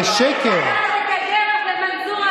יש לך עוד 100 דקות.